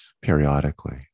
periodically